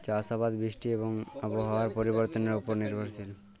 চাষ আবাদ বৃষ্টি এবং আবহাওয়ার পরিবর্তনের উপর নির্ভরশীল